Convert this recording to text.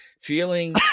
feeling